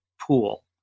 pool